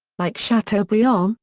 like chateaubriand,